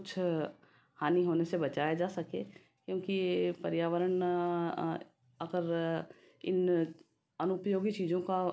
कुछ हानि होने से बचाया जा सके क्योंकि पर्यावरण अगर इन अनउपयोगी चीजों का